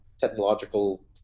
technological